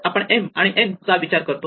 आपण m आणि n चा विचार करतो